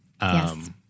Yes